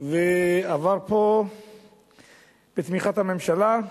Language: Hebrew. ועבר פה בתמיכת הממשלה.